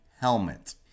helmet